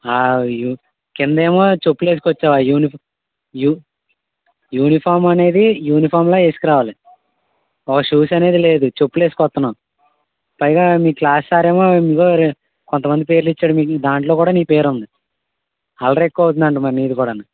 కిందేమో చెప్పులేసుకొచ్చావ్ ఆ యూనిఫామ్ యూ యూనిఫామ్ అనేది యూనిఫామ్లా ఏసుకు రావాలి ఓ షూస్ అనేది లేదు చెప్పులు ఏసుకొత్తన్నావ్ పైగా మీ క్లాస్ సార్ ఏమో కొంతమంది పేర్లిచ్చాడు దాంట్లో కూడా నీ పేరు ఉంది అల్లరి ఎక్కువవుతుందట మరి నీది కూడాను